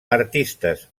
artistes